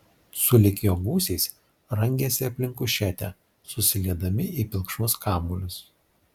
sulig jo gūsiais rangėsi aplink kušetę susiliedami į pilkšvus kamuolius